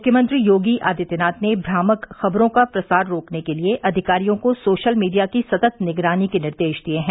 मुख्यमंत्री योगी आदित्यनाथ ने भ्रामक खबरों का प्रसार रोकने के लिए अधिकारियों को सोशल मीडिया की सतत् निगरानी के निर्देश दिए हैं